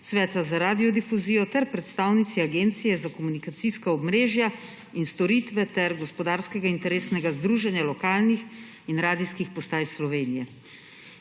Sveta za radiodifuzijo ter predstavnici Agencije za komunikacijska omrežja in storitve ter Gospodarskega interesnega združenja lokalnih in radijskih postaj Slovenije.